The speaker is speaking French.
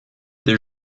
des